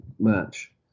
match